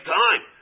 time